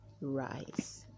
rise